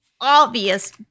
obvious